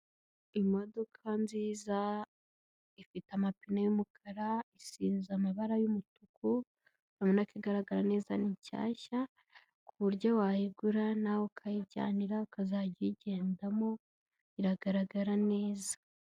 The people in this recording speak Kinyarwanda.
Imodoka nziza ifite amapine y'umukara, isize amabara y'umutuku, urabona ko igaragara neza ni shyashya, ku buryo wayigura nawe ukayijyanira ukazajya uyigendamo, iragaragara neza.